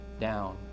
down